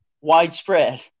widespread